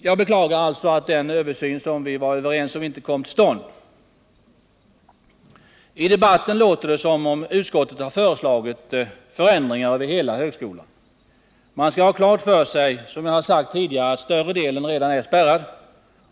Jag beklagar alltså att den översyn som vi var överens om inte kom till stånd. I debatten låter det som om utskottet föreslår ändring av hela högskolan. Man skall ha klart för sig att större delen av högskolan redan är spärrad.